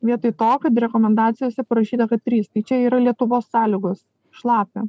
vietoj to kad rekomendacijose parašyta kad trys tai čia yra lietuvos sąlygos šlapia